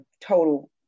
total